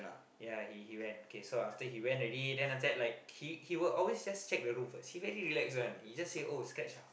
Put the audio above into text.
yeah he he went okay so after he went already after that he like he he will always check the room first he very relax one he will just say oh scratch ah